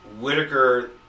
Whitaker